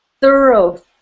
thorough